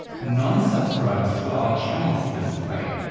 non-subscribers to our channels this way.